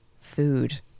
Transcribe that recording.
food